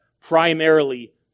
primarily